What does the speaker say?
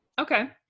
Okay